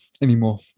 anymore